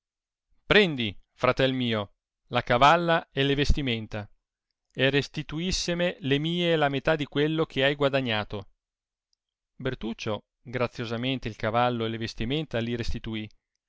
prendi fratel mio la cavalla e le vestimenta e restituissemi le mie e la metà di quello che hai guadagnato bertuccio graziosamente il cavallo e le